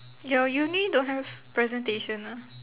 your uni don't have presentation ah